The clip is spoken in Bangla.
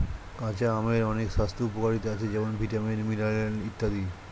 কাঁচা আমের অনেক স্বাস্থ্য উপকারিতা আছে যেমন ভিটামিন, মিনারেল ইত্যাদি